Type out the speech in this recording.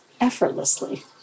effortlessly